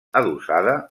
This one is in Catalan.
adossada